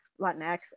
Latinx